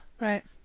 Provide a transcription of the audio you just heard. Right